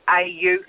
au